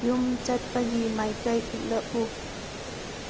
ꯌꯨꯝ ꯆꯠꯄꯒꯤ ꯃꯥꯏꯀꯩ ꯎꯠꯂꯛꯎ